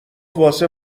واسه